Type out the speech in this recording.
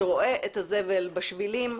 שרואה את הזבל בשבילים,